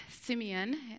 Simeon